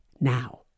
now